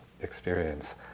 experience